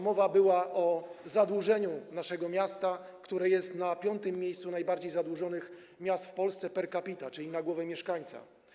Mowa była o zadłużeniu naszego miasta, które jest na 5. miejscu wśród najbardziej zadłużonych miast w Polsce per capita, czyli na głowę mieszkańca.